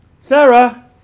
Sarah